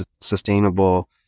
sustainable